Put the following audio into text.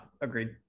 agreed